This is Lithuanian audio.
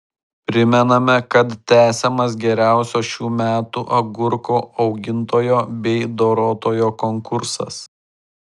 primename kad tęsiamas geriausio šių metų agurkų augintojo bei dorotojo konkursas